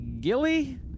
Gilly